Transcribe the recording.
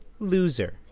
Loser